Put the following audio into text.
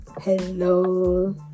Hello